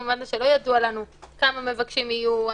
במובן הזה שלא ידוע לנו כמה מבקשים יהיו,